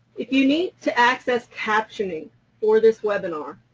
if you need to access captioning for this webinar,